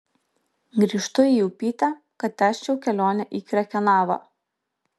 grįžtu į upytę kad tęsčiau kelionę į krekenavą